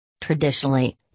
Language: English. Traditionally